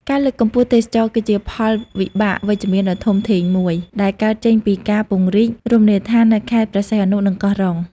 ការលើកកម្ពស់ទេសចរណ៍ គឺជាផលវិបាកវិជ្ជមានដ៏ធំធេងមួយ ដែលកើតចេញពីការពង្រីករមណីយដ្ឋាននៅខេត្តព្រះសីហនុ និងកោះរ៉ុង។